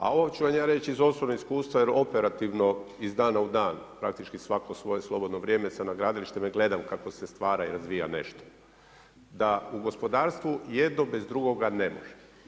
A ovo ću vam ja reći iz osobnog iskustva jer operativno iz dana u dan, praktički svako svoje slobodno vrijeme sam na gradilištima i gledam kako se stvara i razvija nešto da u gospodarstvu jedno bez drugoga ne može.